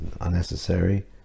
unnecessary